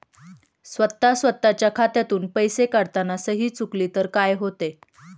स्वतः स्वतःच्या खात्यातून पैसे काढताना सही चुकली तर काय होते?